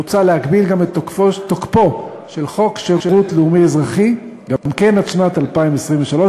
מוצע להגביל את תוקפו של חוק שירות לאומי-אזרחי גם כן עד שנת 2023,